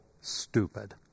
stupid